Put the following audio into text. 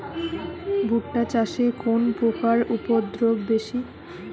ভুট্টা চাষে কোন পোকার উপদ্রব বেশি?